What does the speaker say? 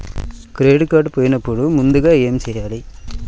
Credit card పోయినపుడు ముందుగా ఏమి చేయాలి?